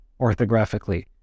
orthographically